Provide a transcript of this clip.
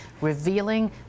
revealing